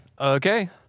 Okay